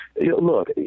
Look